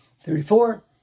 thirty-four